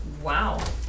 Wow